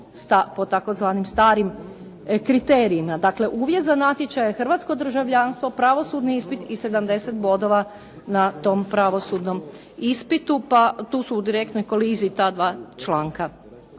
po tzv. starim kriterijima. Dakle, uvjet za natječaj je hrvatsko državljanstvo, pravosudni ispit i 70 bodova na tom pravosudnom ispitu, pa tu su direktnoj koliziji ta dva članka.